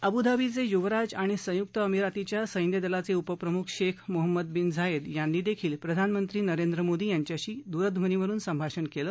अबुधाबीचे राजपुत्र आणि संयुक्त अरब अमिरातीच्या सैन्यदलाचे उपप्रमुख शेख मोहम्मद बिन झायेद यांनी प्रधानमंत्री नरेंद्र मोदी यांच्यांशी दूरध्वनीवरुन संभाषण केलं